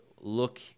look